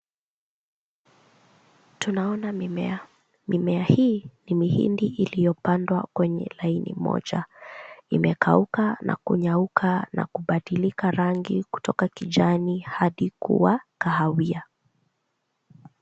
Tunaona mimea, mimea hii ni mihindi iliyopandwa kwenye laini moja. Imekauka na kunyauka na kubadilika rangi kutoka kijani hadi kuwa kahawia.